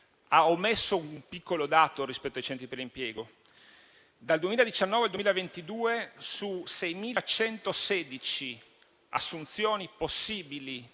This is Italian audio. Ha omesso un piccolo dato rispetto ai centri per l'impiego: dal 2019 al 2022, su 6.116 assunzioni possibili